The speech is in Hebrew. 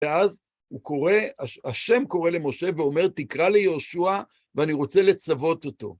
ואז השם קורא למשה ואומר, תקרא ליושע ואני רוצה לצוות אותו.